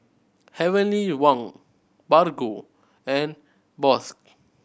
Heavenly Wang Bargo and Bosch